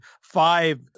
five